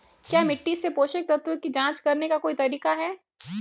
क्या मिट्टी से पोषक तत्व की जांच करने का कोई तरीका है?